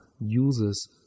uses